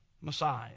Messiah